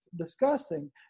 discussing